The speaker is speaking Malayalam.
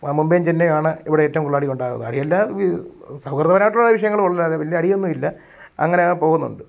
മുബൈയും ചെന്നൈയും ആണ് ഇവിടെ ഏറ്റവും കൂടുതൽ അടിയുണ്ടാക്കുന്നത് അടിയല്ല സൗഹൃദപരമായിട്ടുള്ള വിഷയങ്ങളെ ഉളളൂ വല്യ അടിയൊന്നുമില്ലാ അങ്ങനെയങ്ങ് പോകുന്നുണ്ട്